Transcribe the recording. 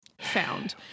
Found